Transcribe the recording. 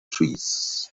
trees